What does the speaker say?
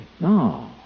No